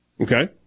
Okay